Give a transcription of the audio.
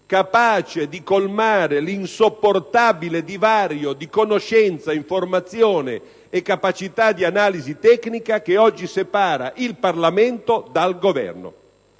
facendo - l'insopportabile divario di conoscenza, informazione e capacità di analisi tecnica che oggi separa il Parlamento dal Governo.